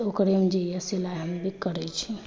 तऽ ओकरे मे जे यऽ सिलाइ हम भी करै छी